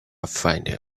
find